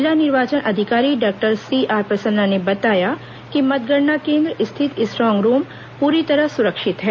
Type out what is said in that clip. जिला निर्वाचन अधिकारी डॉक्टर सीआर प्रसन्ना ने बताया कि मतगणना केन्द्र स्थित स्ट्रांग रूम पूरी तरह सुरक्षित है